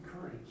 courage